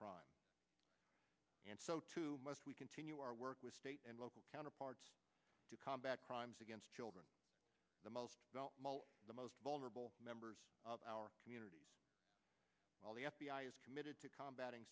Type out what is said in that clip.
crime and so too must we continue our work with state and local counterparts to combat crimes against children the most the most vulnerable members of our communities all the f b i is committed to combat